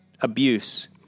abuse